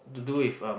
to do with um